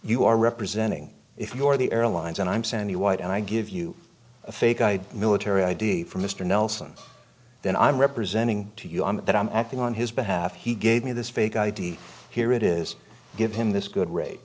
you are representing if you're the airlines and i'm sandy white and i give you a fake i d military i d for mr nelson then i'm representing to you that i'm acting on his behalf he gave me this fake id here it is give him this good rate